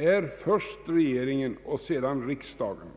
Är först regeringen och sedan riksdagen